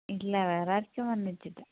ഇല്ല വേറാർക്കും വന്നിട്ടില്ല